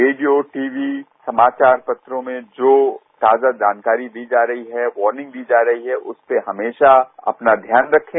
radio TV समाचार पत्रों में जो ताजा जानकारी दी जा रही है वार्निंग दी जा रही है उस पर हमेशा अपना ध्यान रखें